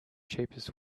cheapest